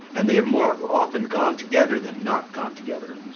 and they have more often gone together than not gone together.